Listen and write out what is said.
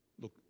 look